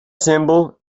symbol